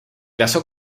casó